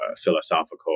philosophical